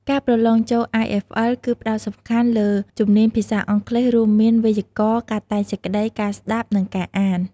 ការប្រឡងចូល IFL គឺផ្ដោតសំខាន់លើជំនាញភាសាអង់គ្លេស រួមមាន វេយ្យាករណ៍ ការតែងសេចក្ដី ការស្ដាប់ និងការអាន។